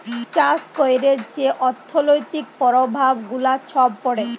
চাষ ক্যইরে যে অথ্থলৈতিক পরভাব গুলা ছব পড়ে